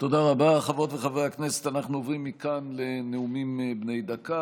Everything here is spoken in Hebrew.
סטטוס קידום הנגשת מערת המכפלה.